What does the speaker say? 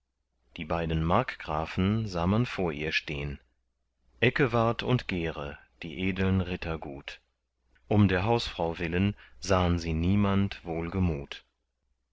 die beiden markgrafen sah man vor ihr stehn eckewart und gere die edeln ritter gut um der hausfrau willen sahn sie niemand wohlgemut